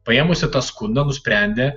paėmusi tą skundą nusprendė